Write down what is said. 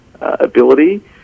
ability